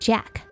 Jack